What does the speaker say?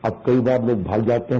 अब कई बार लोग भाग जाते हैं